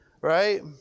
right